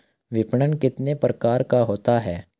विपणन कितने प्रकार का होता है?